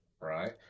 Right